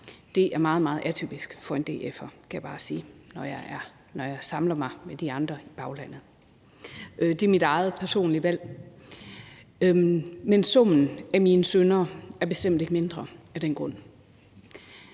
meget, meget atypisk for en DF'er, kan jeg bare sige, når jeg sammenligner mig med de andre i baglandet. Det er mit eget personlige valg. Men summen af mine synder er bestemt ikke mindre af den grund.